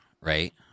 right